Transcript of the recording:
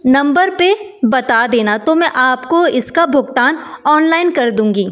number पर बता देना तो मैं आपको इसका भुगतान ऑनलाइन कर दूँगी